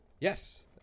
Yes